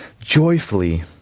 joyfully